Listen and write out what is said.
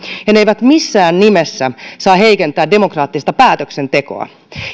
ja ne eivät missään nimessä saa heikentää demokraattista päätöksentekoa